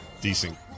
decent